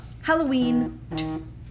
Halloween